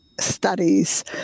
studies